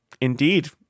indeed